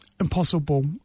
impossible